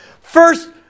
First